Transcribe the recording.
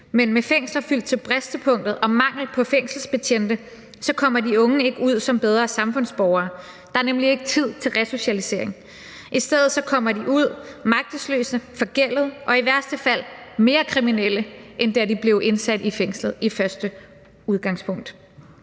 men med fængsler fyldt til bristepunktet og mangel på fængselsbetjente kommer de unge ikke ud som bedre samfundsborgere. Der er nemlig ikke tid til resocialisering. I stedet kommer de ud magtesløse, forgældede og er i værste fald mere kriminelle, end da de blev indsat i fængslerne i første omgang.